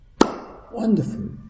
wonderful